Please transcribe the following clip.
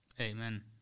Amen